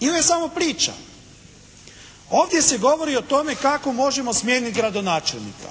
Ili je samo priča. Ovdje se govori o tome kako možemo smijeniti gradonačelnika.